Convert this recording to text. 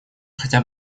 хотя